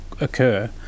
occur